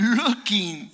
looking